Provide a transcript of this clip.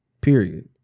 Period